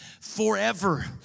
forever